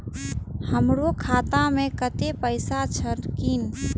हमरो खाता में कतेक पैसा छकीन?